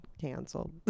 canceled